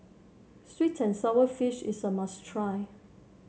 sweet and sour fish is a must try